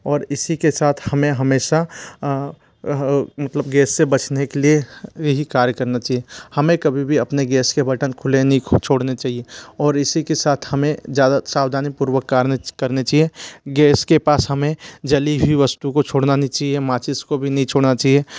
और इसी के साथ हमें हमेशा मतलब गैस से बचने के लिए यही कार्य करना चहिए हमें कभी भी अपने गैस के बटन खुले नहीं छोड़ने चाहिए और इसी के साथ हमें ज़्यादा सावधानीपूर्वक कार्य करने चाहिए गैस के पास हमें जली हुई वस्तू को छोड़ना नहीं चहिए माचिस को भी नहीं छोड़ना चाहिए